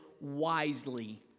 wisely